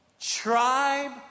tribe